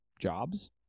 jobs